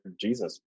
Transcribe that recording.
Jesus